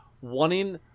wanting –